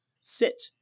sit